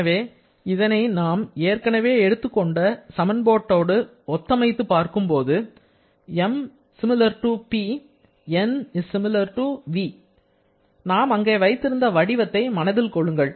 எனவே இதனை நாம் ஏற்கனவே எடுத்துக்கொண்ட சமன்பாடு ஒத்தமைத்து பார்க்கும்போது M ≡ P N ≡ v நாம் அங்கே வைத்திருந்த வடிவத்தை மனதில் கொள்ளுங்கள்